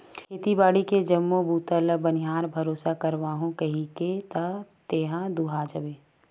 खेती बाड़ी के जम्मो बूता ल बनिहार भरोसा कराहूँ कहिके त तेहा दूहा जाबे